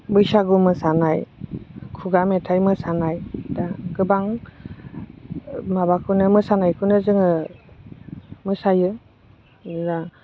बैसागु मोसानाय खुगा मेथाइ मोसानाय दा गोबां माबाखौनो मोसानायखौनो जोङो मोसायो